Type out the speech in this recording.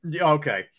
Okay